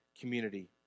community